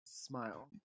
Smile